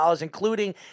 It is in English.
including